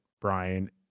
Brian